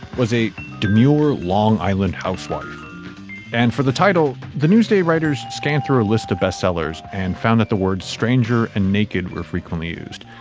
was a demure long island housewife and for the title the newsday writers scam through a list of bestsellers and found that the word stranger and naked were frequently used.